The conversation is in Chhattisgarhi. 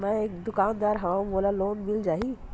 मै एक दुकानदार हवय मोला लोन मिल जाही?